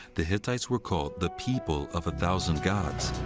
the hittites were called the people of a thousand gods.